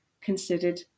considered